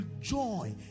joy